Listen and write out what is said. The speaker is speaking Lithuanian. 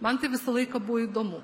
man tai visą laiką buvo įdomu